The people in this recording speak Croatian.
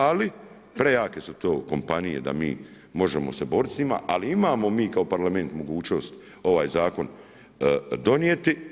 Ali prejake su to kompanije da mi možemo se boriti s njima, ali imamo mi kao parlament mogućnost ovaj Zakon donijeti.